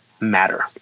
matter